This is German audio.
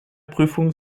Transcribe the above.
prüfung